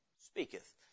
speaketh